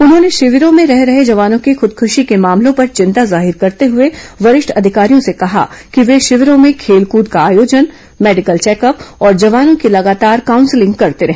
उन्होंने शिविरों में रह रहे जवानों के खूदकृशी के मामलों पर चिंता जाहिर करते हुए वरिष्ठ अधिकारियों से कहा कि वे शिविरों में खेलकृद का आर्योजन मेडिकल चेकअप और जवानों की लगातार काउंसलिंग करते रहे